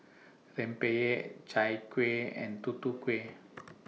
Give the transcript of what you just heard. Rempeyek Chai Kueh and Tutu Kueh